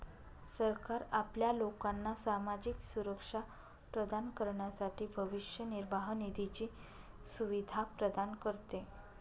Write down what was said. सरकार आपल्या लोकांना सामाजिक सुरक्षा प्रदान करण्यासाठी भविष्य निर्वाह निधीची सुविधा प्रदान करते